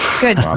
Good